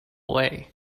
away